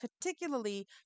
particularly